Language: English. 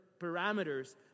parameters